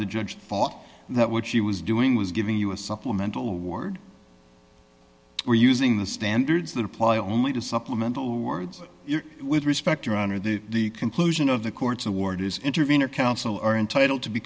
the judge thought that what she was doing was giving you a supplemental award we're using the standards that apply only to supplemental words with respect your honor that the conclusion of the court's award is intervenor counsel are entitled to be